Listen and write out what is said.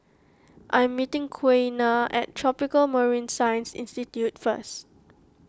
I'm meeting Quiana at Tropical Marine Science Institute first